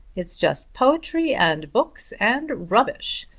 it's just poetry and books and rubbish.